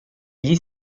gli